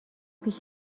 پیش